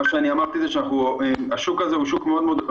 מה שאמרתי זה שהשוק הזה הוא שוק חדש,